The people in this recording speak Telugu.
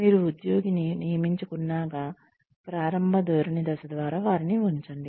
మీరు ఉద్యోగిని నియమించుకున్నాక ప్రారంభ ధోరణి దశ ద్వారా వారిని ఉంచండి